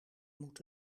moet